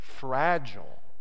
Fragile